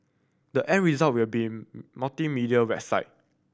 the end result will be multimedia website